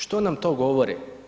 Što nam to govori?